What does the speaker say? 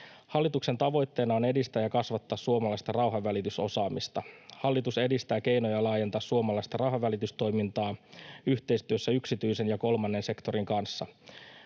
Hallituksen tavoitteena on edistää ja kasvattaa suomalaista rauhanvälitysosaamista. Hallitus edistää keinoja laajentaa suomalaista rauhanvälitystoimintaa yhteistyössä yksityisen ja kolmannen sektorin kanssa.